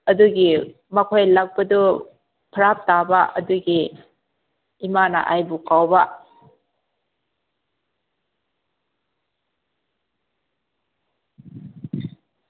ꯑꯗꯨꯒꯤ ꯃꯈꯣꯏ ꯂꯥꯛꯄꯗꯨ ꯐꯔꯥꯛ ꯇꯥꯕ ꯑꯗꯨꯒꯤ ꯏꯃꯥꯅ ꯑꯩꯕꯨ ꯀꯧꯕ